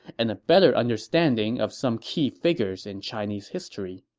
and a better understanding of some key figures in chinese history.